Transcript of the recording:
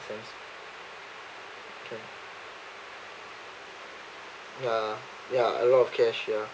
since yeah yeah a lot of cash ya